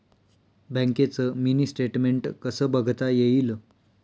बँकेचं mini statement कसं बघता येईल?